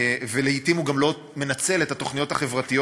ולעתים הוא גם לא מנצל את התוכניות החברתיות